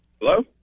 hello